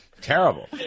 Terrible